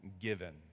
given